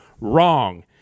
wrong